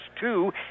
two